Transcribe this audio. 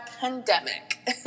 pandemic